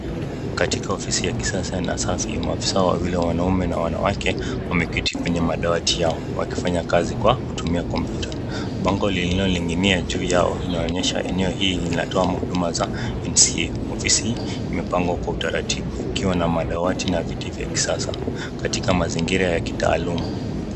Katika ofisi ya kisasa na safi maofisa wawili wanaume na wanawake wameketi kwenye madawati yao wakifanya kazi kwa kutumia kompyuta. Bango linaloning'inia juu yao inaonyesha eneo hii inatoa mahuduma za NCA. Ofisi imepangwa kwa utaratibu ikiwa na madawati na viti vya kisasa, katika mazingira ya kitaaluma.